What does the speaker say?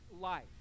life